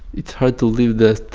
it's hard to live that,